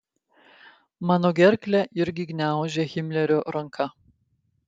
mano gerklę irgi gniaužia himlerio ranka